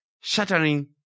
shattering